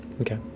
Okay